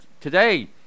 today